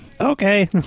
Okay